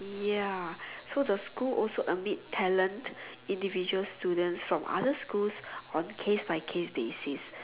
ya so the school also admit talent individual students from other schools on case by case basis